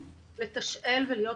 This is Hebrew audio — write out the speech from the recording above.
שבעצם הם מקבלים את הכלים לתשאל ולהיות